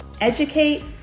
Educate